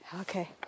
Okay